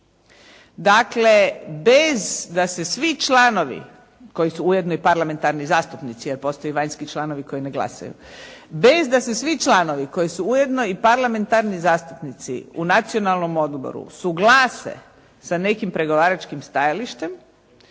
glasaju, bez da se svi članovi koji su ujedno i parlamentarni zastupnici u Nacionalnom odboru suglase sa nekim pregovaračkim stajalištem,